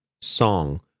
song